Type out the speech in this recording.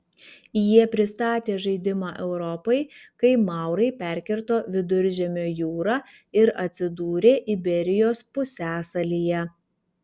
jie pristatė žaidimą europai kai maurai perkirto viduržemio jūrą ir atsidūrė iberijos pusiasalyje